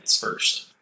first